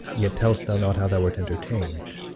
yet tell'st thou not, how thou wert entertain'd